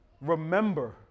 remember